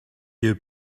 you